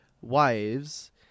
wives